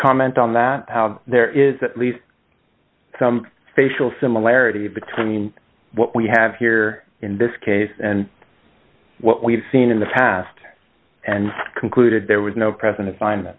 comment on that there is at least some facial similarity between what we have here in this case and what we've seen in the past and concluded there was no present